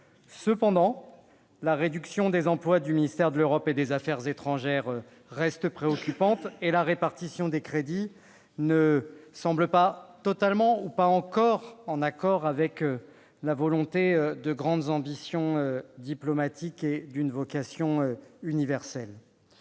Cependant, la réduction des emplois du ministère de l'Europe et des affaires étrangères reste préoccupante. La répartition des crédits ne semble donc pas totalement en accord avec la volonté d'avoir de grandes ambitions diplomatiques et une vocation universelle